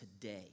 today